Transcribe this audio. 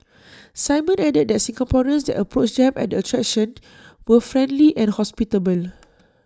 simon added that Singaporeans that approached them at attraction were friendly and hospitable